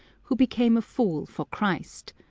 who became a fool for christ.